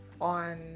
on